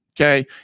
okay